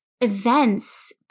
events